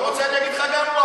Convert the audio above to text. אתה רוצה, אני אגיד לך גם וואו.